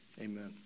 Amen